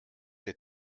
der